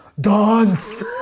Dance